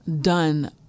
done